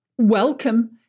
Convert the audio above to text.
Welcome